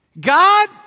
God